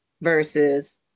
versus